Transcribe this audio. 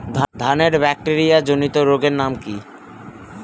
ধানের ব্যাকটেরিয়া জনিত রোগের নাম কি?